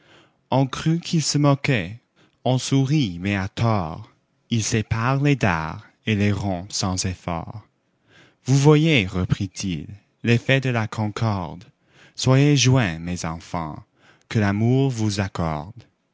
on crut qu'il se moquait on sourit mais à tort il sépare les dards et les rompt sans effort vous voyez reprit-il l'effet de la concorde soyez joints mes enfants que l'amour vous accorde